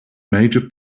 major